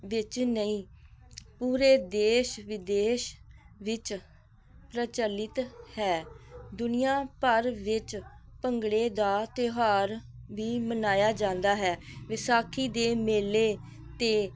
ਵਿੱਚ ਨਹੀਂ ਪੂਰੇ ਦੇਸ਼ ਵਿਦੇਸ਼ ਵਿੱਚ ਪ੍ਰਚਲਿਤ ਹੈ ਦੁਨੀਆ ਭਰ ਵਿੱਚ ਭੰਗੜੇ ਦਾ ਤਿਉਹਾਰ ਵੀ ਮਨਾਇਆ ਜਾਂਦਾ ਹੈ ਵਿਸਾਖੀ ਦੇ ਮੇਲੇ ਤੇ